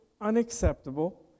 unacceptable